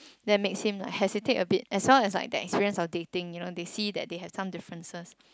that makes him hesitate a bit as well as the experience of dating they see that they have some differences